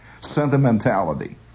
sentimentality